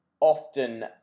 often